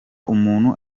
umuntu